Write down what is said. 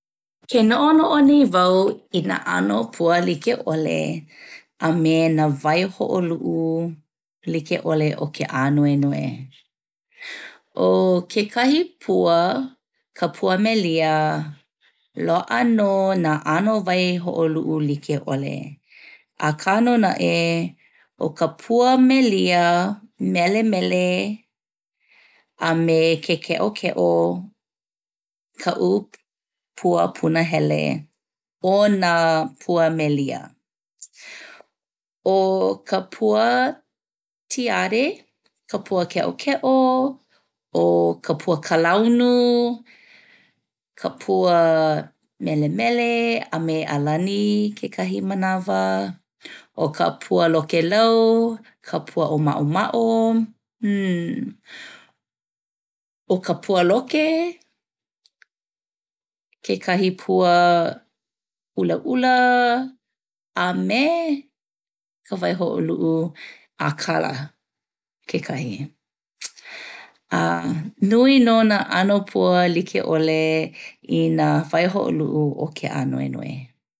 Ke no'ono'o nei wau i nā 'ano pua like 'ole a me nā waihoʻoluʻu like ʻole o ke ānuenue. ʻO kekahi pua ka pua melia loaʻa nō nā ʻano waihoʻoluʻu like ʻole akā nō naʻe ʻo ka pua melia melemele a me ke keʻokeʻo kaʻu pua punahele o nā pua melia. ʻO ka pua tiare ka pua keʻokeʻo, ʻo ka pua kalaunu ka pua melemele a me ʻalani kekahi manawa, ʻo ka pua lokelau ka pua ʻōmaʻomaʻo, mmmm ʻo ka pua loke kekahi pua ʻulaʻula a me ka waihoʻoluʻu ʻākala kekahi a nui nō nā ʻano pua like ʻole i nā waihoʻoluʻu o ke ānuenue.